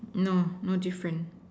no no different